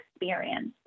experience